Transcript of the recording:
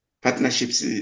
Partnerships